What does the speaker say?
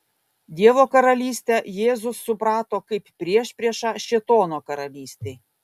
dievo karalystę jėzus suprato kaip priešpriešą šėtono karalystei